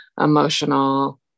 emotional